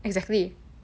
exactly